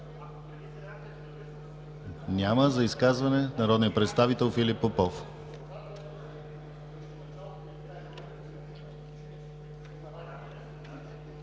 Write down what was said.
Няма. За изказване – народният представител Филип Попов.